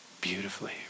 beautifully